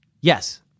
Yes